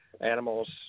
animals